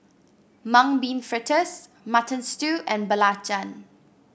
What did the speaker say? Mung Bean Fritters Mutton Stew and belacan